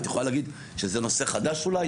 את יכולה להגיד שזה נושא חדש אולי.